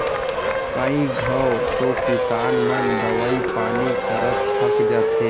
कई घंव तो किसान मन दवई पानी करत थक जाथें